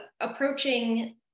approaching